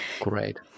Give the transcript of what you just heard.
Great